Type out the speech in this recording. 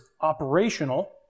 operational